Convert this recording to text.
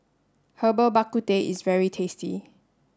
Herbal Bak Ku Teh is very tasty